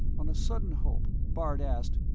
on a sudden hope, bart asked,